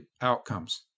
outcomes